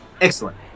Excellent